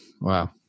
wow